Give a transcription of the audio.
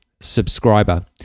subscriber